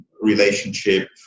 relationship